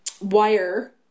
wire